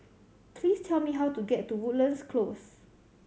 please tell me how to get to Woodlands Close